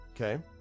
Okay